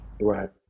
Right